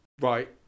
Right